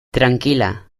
tranquila